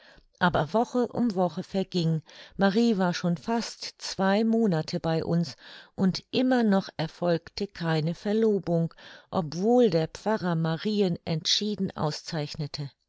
aber woche um woche verging marie war schon fast zwei monate bei uns und immer noch erfolgte keine verlobung obwohl der pfarrer marien entschieden auszeichnete